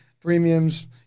premiums